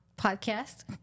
podcast